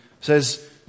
says